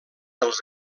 dels